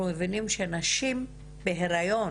אנחנו מבינים שנשים בהיריון